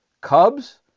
Cubs